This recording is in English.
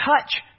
touch